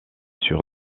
sur